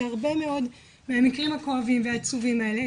שהרבה מאוד מהמקרים העצובים האלה,